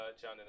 John